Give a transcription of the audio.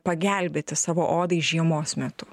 pagelbėti savo odai žiemos metu